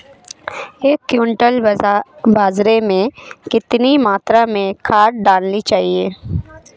एक क्विंटल बाजरे में कितनी मात्रा में खाद डालनी चाहिए?